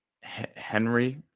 Henry